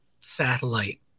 satellite